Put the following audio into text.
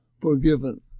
forgiven